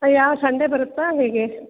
ಹಾಂ ಯಾವ ಸಂಡೆ ಬರುತ್ತೆ ಹೇಗೆ